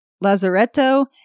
Lazaretto